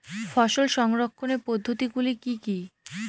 ফসল সংরক্ষণের পদ্ধতিগুলি কি কি?